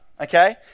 Okay